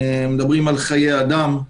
מדברים על חיי אדם.